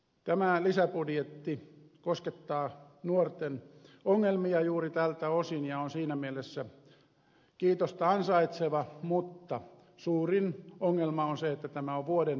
tämä lisäbudjetti koskettaa nuorten ongelmia juuri tältä osin ja on siinä mielessä kiitosta ansaitseva mutta suurin ongelma on se että tämä on vuoden liian myöhässä